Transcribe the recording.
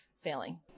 Failing